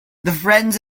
friends